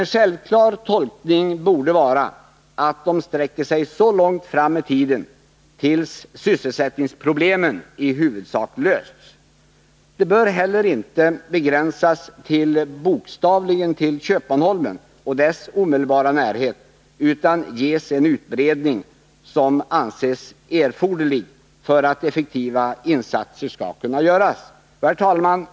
En självklar tolkning borde vara att de sträcker sig så långt fram i tiden tills sysselsättningsproblemen i huvudsak lösts. De bör heller inte begränsas bokstavligen till Köpmanholmen och dess omedelbara närhet, utan de bör ges en utbredning som anses erforderlig för att effektiva insatser skall kunna göras. Herr talman!